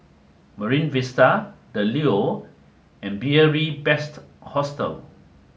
Marine Vista the Leo and Beary Best Hostel